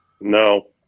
No